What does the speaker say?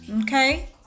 Okay